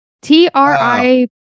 T-R-I